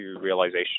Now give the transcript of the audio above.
realization